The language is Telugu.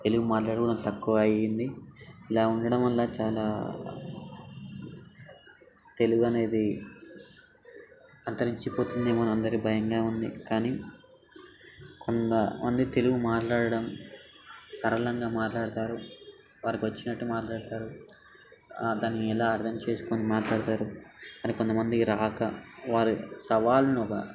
తెలుగు మాట్లాడుకోవడం తక్కువ అయింది ఇలా ఉండటం వల్ల చాలా తెలుగు అనేది అంతరించిపోతుందేమో అని అందరి భయంగా ఉంది కానీ కొంత మంది తెలుగు మాట్లాడటం సరళంగా మాట్లాడతారు వారికి వచ్చినట్టు మాట్లాడతారు దాన్ని ఎలా అర్థం చేసుకొని మాట్లాడతారు కానీ కొంత మంది రాక వారు సవాలుగా